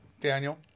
Daniel